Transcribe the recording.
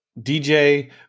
DJ